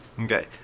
Okay